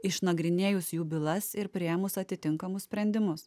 išnagrinėjus jų bylas ir priėmus atitinkamus sprendimus